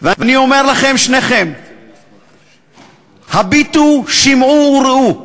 ואני אומר לכם, שניכם: הביטו, שמעו וראו,